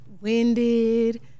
winded